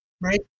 right